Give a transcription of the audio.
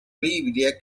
biblia